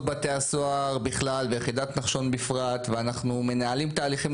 בתי הסוהר בכלל ויחידת נחשון בפרט ואנחנו מנהלים תהליכים.